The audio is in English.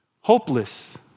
Hopeless